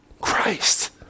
Christ